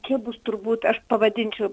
čia bus turbūt aš pavadinčiau